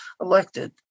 elected